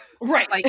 Right